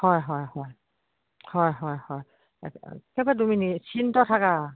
হয় হয় হয় হয় হয় হয় সেইবা তুমি নিশ্চিন্ত থাকা